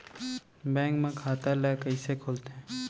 Bank म खाता ल कइसे खोलथे?